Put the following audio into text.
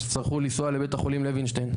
שיצטרכו לנסוע לבית החולים לווינשטיין.